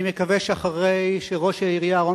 אני מקווה שאחרי שראש העירייה רון